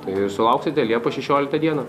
tai ir sulauksite liepos šešioliktą dieną